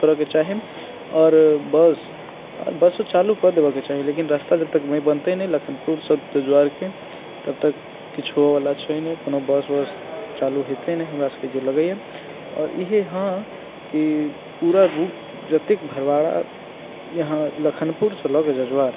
करैके चाही आरो बस बसो चालू कऽ देबयके चाही लेकिन रास्ता जब तक बनतै नहि लखनपुरसँ जजुआरके तब तक किछु होयवला छै नहि कोनो बस वस चालू हेतै नहि हमरासभके जे लगैए आओर यहाँके पूरा रूट जतेक भड़वारा यहाँ लखनपुरसँ लऽ कऽ जजुआर